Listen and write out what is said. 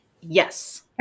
Yes